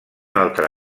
altre